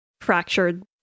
fractured